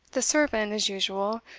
the servant, as usual,